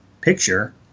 picture